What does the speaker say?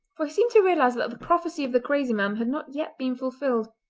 for he seemed to realise that the prophecy of the crazy man had not yet been fulfilled.